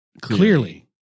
Clearly